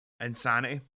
Insanity